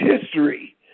history